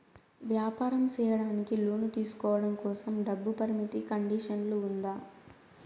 వ్యాపారం సేయడానికి లోను తీసుకోవడం కోసం, డబ్బు పరిమితి కండిషన్లు ఉందా?